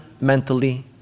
mentally